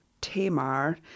tamar